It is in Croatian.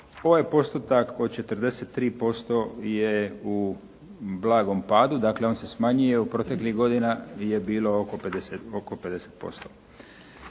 Ovaj postotak od 43% je u blagom padu, dakle on se smanjuje i u proteklih godina je bilo oko 50%.